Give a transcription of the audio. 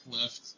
left